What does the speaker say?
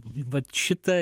vat šita